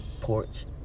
porch